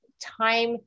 time